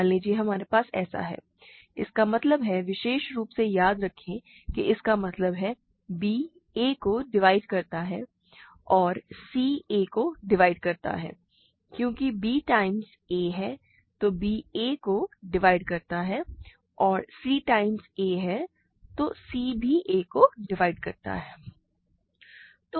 मान लीजिए हमारे पास ऐसा है इसका मतलब है विशेष रूप से याद रखें कि इसका मतलब है b a को डिवाइड करता है और c a को डिवाइड करता है क्योंकि b टाइम्स a है तो b a को डिवाइड करता है और c टाइम्स a है तो c भी a को डिवाइड करता है